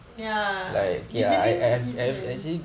ya new zealand new zealand